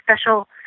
special